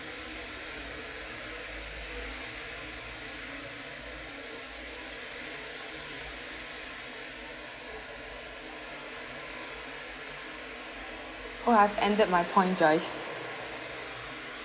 oh I have ended my point joyce